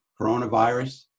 coronavirus